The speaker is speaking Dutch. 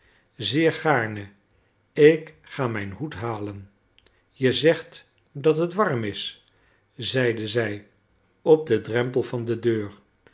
zeer gaarne ik ga mijn hoed halen je zegt dat het warm is zeide zij op den drempel van de deur